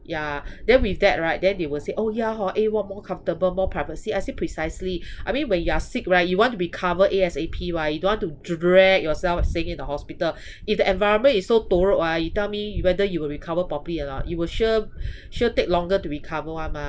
yeah then with that right then they will say oh ya hor A ward more comfortable more privacy I say precisely I mean when you're sick right you want to recover A_S_A_P [what] you don't want to drag yourself staying in the hospital if the environment is so teruk ah you tell me whether you will recover properly or not you will sure sure take longer to recover [one] mah